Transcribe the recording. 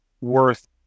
worth